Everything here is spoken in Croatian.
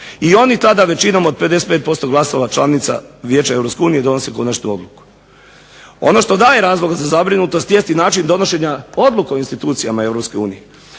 I oni tada većinom od 55% glasova članica Vijeća Europske unije donosi konačnu odluku. Ono što daje razlog za zabrinutost jest i način donošenja odluka u institucijama